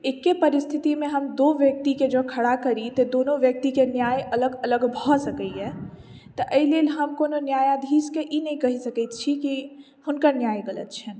एक्के परिस्थितिमे हम दू व्यक्तिकेँ जँऽ खड़ा करी तऽ दुनू व्यक्तिके न्याय अलग अलग भऽ सकैए तऽ एहि लेल हम कोनो न्यायाधीशकेँ ई नहि कहि सकैत छी कि जे हुनकर न्याय गलत छनि